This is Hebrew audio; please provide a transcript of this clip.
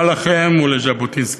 מה לכם ולז'בוטינסקי?